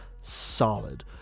solid